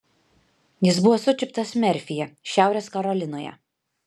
jis buvo sučiuptas merfyje šiaurės karolinoje